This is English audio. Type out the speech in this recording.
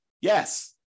Yes